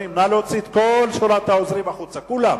נא להוציא את כל שורת העוזרים החוצה, כולם.